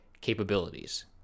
capabilities